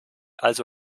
also